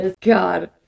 God